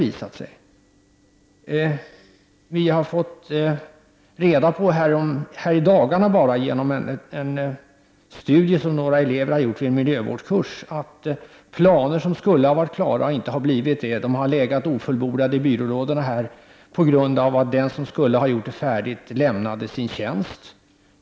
Vi har fått reda på här i dagarna genom en studie som några elever vid en miljövårdskurs har gjort, att räddningsplaner som skulle ha varit klara inte är det. De har legat ofullbordade i en byrålåda på grund av att den som skulle ha gjort dem färdiga har lämnat sin tjänst.